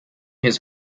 his